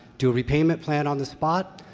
do a repayment plan on the spot.